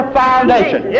foundation